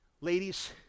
Ladies